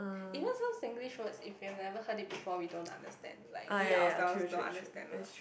even some Singlish words if we have never heard it before we don't understand like we ourselves don't understand mah